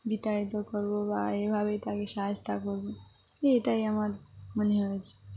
বিতাড়িত করবো বা এভাবেই তাকে শায়েস্তা করবো এটাই আমার মনে হয়েছে